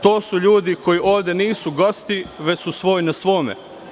To su ljudi koji ovde nisu gosti, već su svoj na svome.